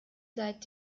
seit